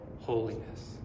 holiness